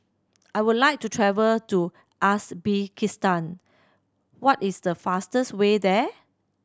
I would like to travel to Uzbekistan what is the fastest way there